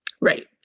Right